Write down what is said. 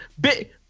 Big